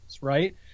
right